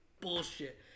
bullshit